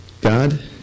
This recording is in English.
God